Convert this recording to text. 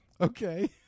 Okay